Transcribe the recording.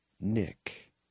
Nick